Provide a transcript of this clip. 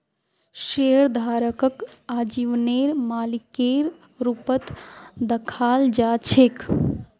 शेयरधारकक आजीवनेर मालिकेर रूपत दखाल जा छेक